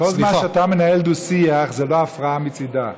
כל זמן שאתה מנהל דו-שיח זה לא הפרעה מצידה.